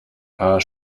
paar